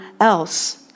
else